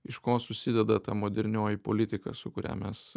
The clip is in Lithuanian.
iš ko susideda ta modernioji politika su kuria mes